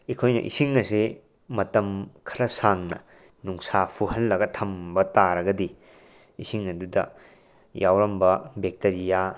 ꯑꯩꯈꯣꯏꯅ ꯏꯁꯤꯡ ꯑꯁꯦ ꯃꯇꯝ ꯈꯔ ꯁꯥꯡꯅ ꯅꯨꯡꯁꯥ ꯐꯨꯍꯜꯂꯒ ꯊꯝꯕ ꯇꯥꯔꯒꯗꯤ ꯏꯁꯤꯡ ꯑꯗꯨꯗ ꯌꯥꯎꯔꯝꯕ ꯕꯦꯛꯇꯔꯤꯌꯥ